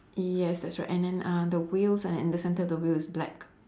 yes that's right and then uh the wheels and and the centre of the wheel is black